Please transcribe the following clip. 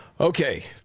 Okay